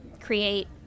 create